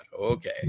Okay